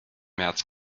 märz